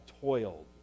toiled